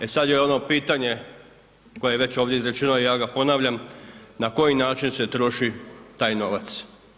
E sad je ono pitanje koje je već ovdje izrečeno, ja ga ponavljam, na koji način se troši taj novac?